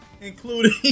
including